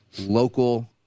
local